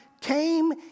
came